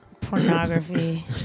pornography